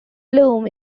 loom